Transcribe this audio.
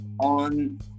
on